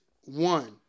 one